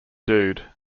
dude